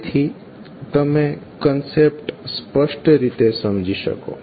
જેથી તમે કન્સેપ્ટ સ્પષ્ટ રીતે સમજી શકો